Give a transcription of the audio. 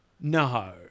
No